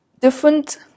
Different